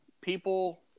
people